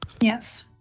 Yes